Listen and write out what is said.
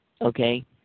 Okay